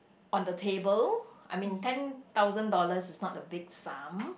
on the table I mean ten thousand dollars is not a big sum